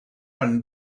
and